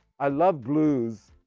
i love blues,